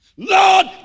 lord